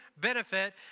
benefit